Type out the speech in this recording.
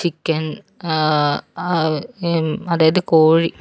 chicken അതായത് കോഴി